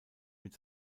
mit